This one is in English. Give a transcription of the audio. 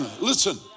Listen